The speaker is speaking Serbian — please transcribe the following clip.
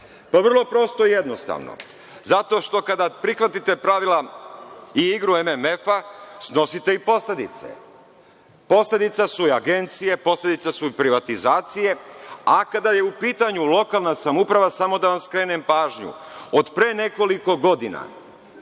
Vrlo prosto i jednostavno, zato što kada prihvatite pravila i igru MMF snosite i posledice. Posledice su agencije, posledice su privatizacije, a kada je u pitanju lokalna samouprava samo da vam skrenem pažnju, od pre nekoliko godina